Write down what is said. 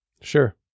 Sure